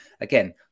again